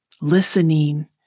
Listening